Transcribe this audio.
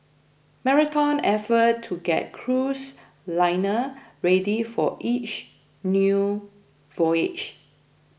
Marathon effort to get cruise liner ready for each new voyage